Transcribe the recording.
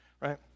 right